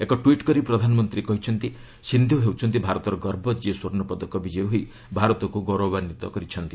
ଏକ ଟ୍ୱିଟ୍ କରି ପ୍ରଧାନମନ୍ତ୍ରୀ କହିଛନ୍ତି ସିନ୍ଧୁ ହେଉଛନ୍ତି ଭାରତର ଗର୍ବ ଯିଏ ସ୍ୱର୍ଷ୍ଣ ପଦକ ବିଜୟୀ ହୋଇ ଭାରତକୁ ଗୌରବାନ୍ୱିତ କରିଛନ୍ତି